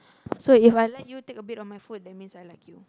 so If I let you take a bit of my food that means I like you